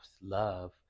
love